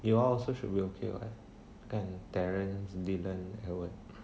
you all also should be okay [what] kan terrence vilan edward